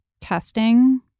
testing